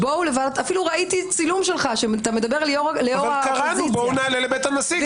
אפילו ראיתי צילום שלך שאתה מדבר- -- קראנו: בוא נעלה לבית הנשיא.